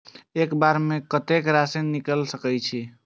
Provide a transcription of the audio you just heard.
एक बार में कतेक राशि निकाल सकेछी?